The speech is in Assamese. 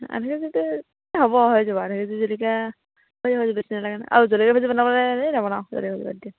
আধা কেজিটো এ হ'ব আৰু হৈ যাব আধা কেজি জলকীয়া বেছি নেলাগে নহয় আৰু জলকীয়া বনাবলৈ এ নৱনাও জলকীয়া বাদ দিয়া